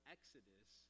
Exodus